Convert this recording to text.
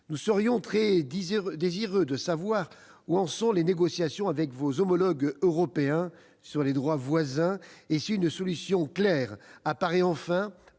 Nous sommes très désireux de savoir où en sont les négociations avec vos homologues européens sur les droits voisins, et si une solution claire apparaît enfin